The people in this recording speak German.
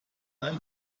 ein